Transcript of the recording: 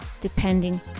depending